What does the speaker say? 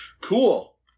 Cool